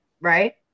right